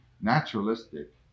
naturalistic